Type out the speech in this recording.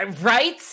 Right